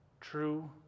true